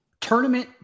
tournament